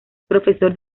profesor